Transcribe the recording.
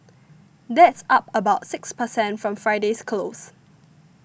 that's up about six per cent from Friday's close